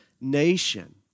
nation